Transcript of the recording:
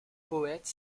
poète